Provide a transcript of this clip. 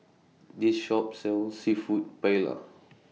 This Shop sells Seafood Paella